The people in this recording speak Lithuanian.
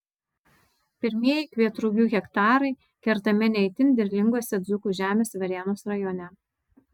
pirmieji kvietrugių hektarai kertami ne itin derlingose dzūkų žemėse varėnos rajone